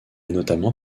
notamment